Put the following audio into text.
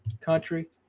country